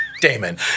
Damon